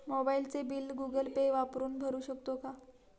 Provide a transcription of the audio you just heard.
मोबाइलचे bill Google Pay वापरून भरू शकतो का?